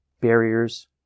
barriers